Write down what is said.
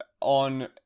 on